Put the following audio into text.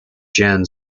jan